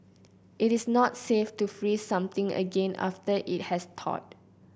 it is not safe to freeze something again after it has thawed